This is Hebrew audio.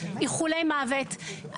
איחולי מוות,